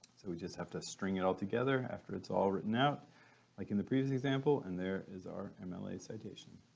so we just have to string it all together after it's all written out like in the previous example and there is our um and mla citation.